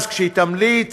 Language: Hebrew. אז כשהיא תמליץ,